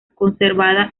conservada